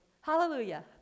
Hallelujah